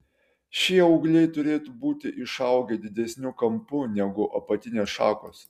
šie ūgliai turėtų būti išaugę didesniu kampu negu apatinės šakos